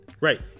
Right